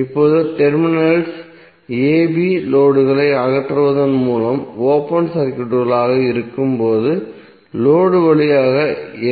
இப்போது terminals a b லோடுகளை அகற்றுவதன் மூலம் ஓபன் சர்க்யூட்களாக இருக்கும்போது லோடு வழியாக